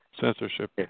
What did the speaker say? Censorship